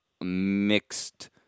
mixed